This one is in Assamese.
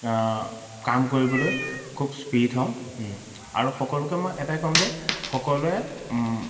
কাম কৰিবলৈ খুব স্পীড হওঁ আৰু সকলোকে মই এটাই ক'ম যে সকলোৱে